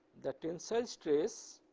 the tensile stress